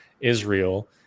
Israel